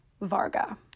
Varga